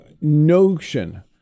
notion